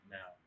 Now